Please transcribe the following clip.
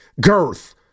girth